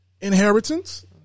Inheritance